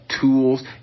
Tools